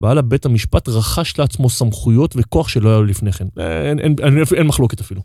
בעל הבית המשפט רכש לעצמו סמכויות וכוח שלא היה לו לפני כן. אין מחלוקת אפילו.